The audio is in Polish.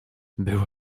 było